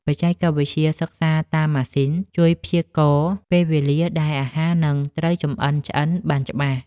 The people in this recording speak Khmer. បច្ចេកវិទ្យាសិក្សាតាមម៉ាស៊ីន ជួយព្យាករណ៍ពេលវេលាដែលអាហារនឹងត្រូវចម្អិនឆ្អិនបានច្បាស់។